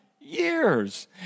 years